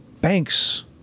Banks